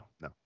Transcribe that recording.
no